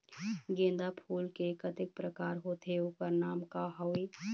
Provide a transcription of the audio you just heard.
गेंदा फूल के कतेक प्रकार होथे ओकर नाम का हवे?